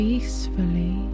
Peacefully